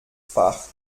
fach